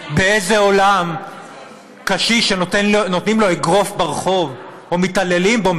באיזה עולם קשיש שנותנים לו אגרוף ברחוב או מתעללים בו,